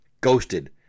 ghosted